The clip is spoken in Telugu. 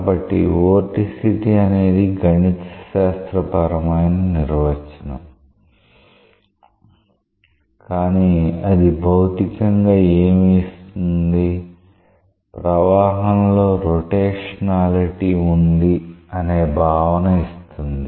కాబట్టి వోర్టిసిటీ అనేది గణితశాస్త్ర పరమైన నిర్వచనం కానీ అది భౌతికంగా ఏమి ఇస్తుంది ప్రవాహంలో రొటేషనాలిటీ ఉంది అనే భావన ఇస్తుంది